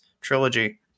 trilogy